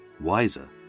wiser